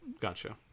Gotcha